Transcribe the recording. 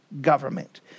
government